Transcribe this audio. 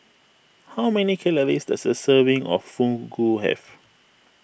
how many calories does a serving of Fugu have